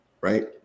right